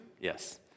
Yes